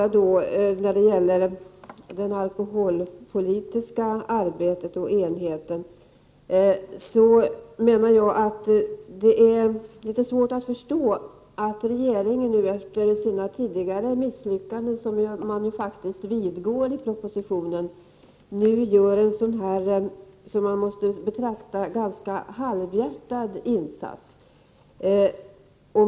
När det gäller den alkoholpolitiska enheten menar jag att det är svårt att förstå att regeringen efter sina tidigare misslyckanden, som man faktiskt vidgår i propositionen, nu gör en ganska halvhjärtad insats.